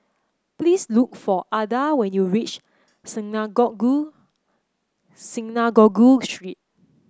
please look for Adda when you reach Synagogue Synagogue Street